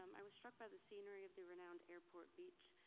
um i was struck by the scenery of the renowned airport beach.